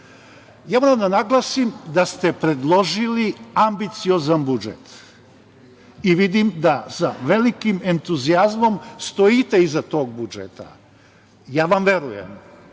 dešava. Moram da naglasim da ste predložili ambiciozan budžet i vidim da sa velikim entuzijazmom stojite iza tog budžeta. Ja vam verujem. Rast